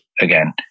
again